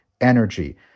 energy